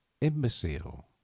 imbecile